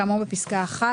כאמור בספקה (1),